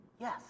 Yes